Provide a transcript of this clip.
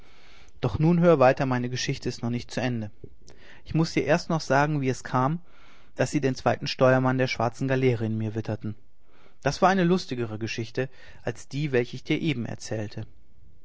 doch nun hör weiter meine geschichte ist noch nicht zu ende ich muß dir erst noch sagen wie es kam daß sie den zweiten steuermann der schwarzen galeere in mir witterten das war eine lustigere geschichte als die welche ich dir eben erzählte